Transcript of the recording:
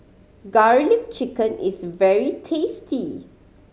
Garlic Chicken is very tasty